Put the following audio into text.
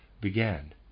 began